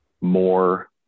more